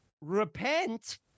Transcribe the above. repent